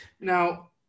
Now